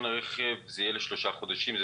הרכב יהיה לתקופה של שלושה חודשים לפחות.